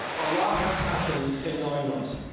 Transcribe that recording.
a lot has happened in nine months.